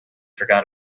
forgot